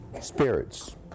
Spirits